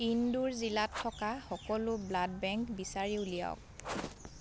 ইন্দোৰ জিলাত থকা সকলো ব্লাড বেংক বিচাৰি উলিয়াওক